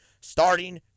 Starting